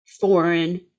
foreign